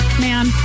Man